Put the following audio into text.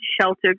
shelter